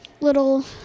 little